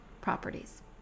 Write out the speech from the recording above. properties